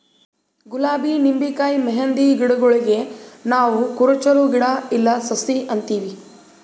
ಗುಲಾಬಿ ನಿಂಬಿಕಾಯಿ ಮೆಹಂದಿ ಗಿಡಗೂಳಿಗ್ ನಾವ್ ಕುರುಚಲ್ ಗಿಡಾ ಇಲ್ಲಾ ಸಸಿ ಅಂತೀವಿ